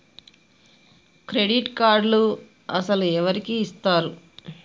Credit కార్డులు అసలు ఎవరికి ఇస్తారు?